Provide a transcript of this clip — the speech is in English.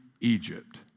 Egypt